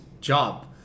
job